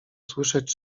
słyszeć